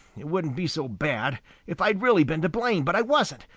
it wouldn't be so bad if i had really been to blame, but i wasn't.